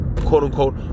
quote-unquote